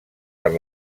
per